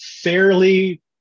fairly